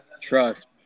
Trust